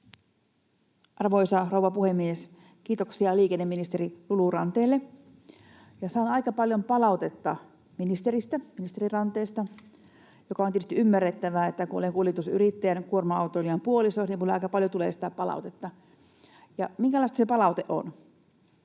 Arvoisa rouva puhemies! Kiitoksia liikenneministeri Lulu Ranteelle. Saan aika paljon palautetta ministeristä, ministeri Ranteesta, mikä on tietysti ymmärrettävää, että kun olen kuljetusyrittäjän, kuorma-autoilijan puoliso, niin minulle aika paljon tulee sitä palautetta. Ja minkälaista se palaute on?